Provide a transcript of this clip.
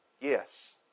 yes